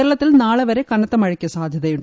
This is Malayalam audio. കേരളത്തിൽ നാളെ വരെ കനത്ത മഴയ്ക്ക് സാധ്യതയുണ്ട്